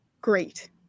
great